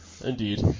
Indeed